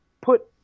put